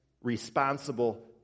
responsible